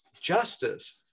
justice